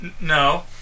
No